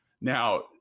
Now